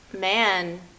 man